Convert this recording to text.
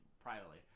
privately